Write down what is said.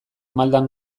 maldan